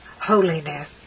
holiness